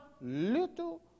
little